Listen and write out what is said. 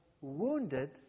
wounded